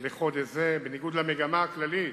בניגוד למגמה הכללית,